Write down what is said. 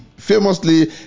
famously